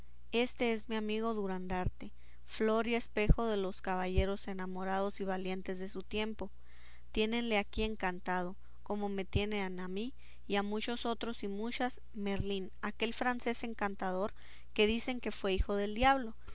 éste es mi amigo durandarte flor y espejo de los caballeros enamorados y valientes de su tiempo tiénele aquí encantado como me tiene a mí y a otros muchos y muchas merlín aquel francés encantador que dicen que fue hijo del diablo